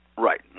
Right